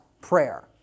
Prayer